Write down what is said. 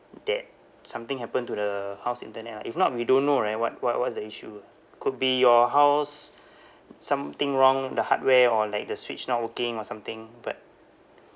that something happened to the house internet lah if not we don't know right what what what's the issue ah could be your house something wrong the hardware or like the switch not working or something but